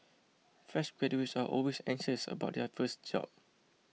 fresh graduates are always anxious about their first job